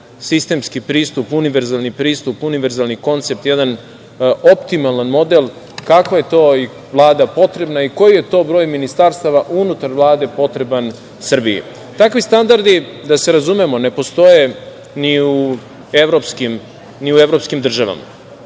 sistemski pristup, univerzalni pristup, univerzalni koncept jedan, optimalan model kakva je to Vlada potrebna i koji je to broj ministarstava unutar Vlade potreban Srbiji. Takvi standardi, da se razumemo, ne postoje ni u evropskim državama.